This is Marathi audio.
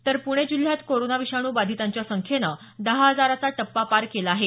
तर पूणे जिल्ह्यात कोरोना विषाणू बाधितांच्या संख्येनं दहा हजाराचा टप्पा पार केला आहे